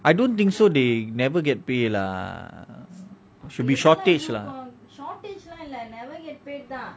I don't think so they never pay lah should be shortage lah